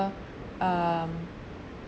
um